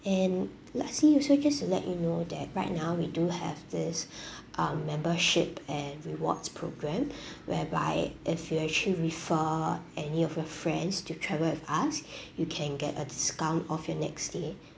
and lastly also just to let you know that right now we do have this um membership and rewards programme whereby if you actually refer any of your friends to travel with us you can get a discount off your next stay